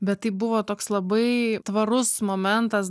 bet tai buvo toks labai tvarus momentas